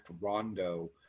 Rondo